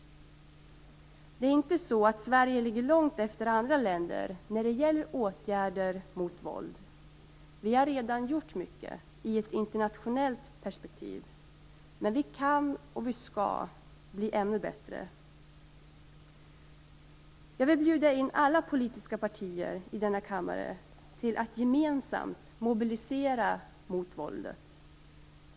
Det är inte så att Sverige ligger långt efter andra länder när det gäller åtgärder mot våld. Vi har i ett internationellt perspektiv redan gjort mycket, men vi kan och vi skall bli ännu bättre. Jag vill bjuda in alla politiska partier i denna kammare till att gemensamt mobilisera mot våldet.